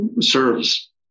serves